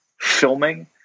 filming